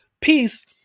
peace